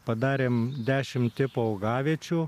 padarėm dešimt tipų augaviečių